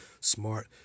smart